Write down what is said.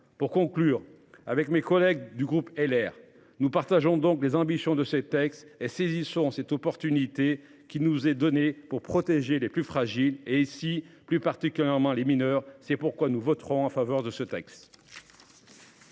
pour conclure avec mes collègues du groupe LR nous partageons donc les ambitions de ses textes et saisissons cette opportunité qui nous est donné pour protéger les plus fragiles et si plus particulièrement les mineurs. C'est pourquoi nous voterons en faveur de ce texte.